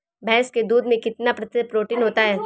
भैंस के दूध में कितना प्रतिशत प्रोटीन होता है?